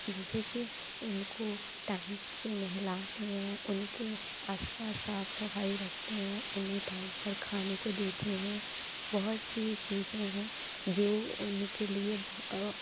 जैसे की उनको टाइम से नहलाते हैं उनको आस पास साफ सफाई रखते हैं उन्हें टाइम पर खाने को देते हैं बहुत सी चीज़ें हैं जो उनके लिए